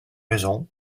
raisons